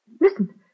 Listen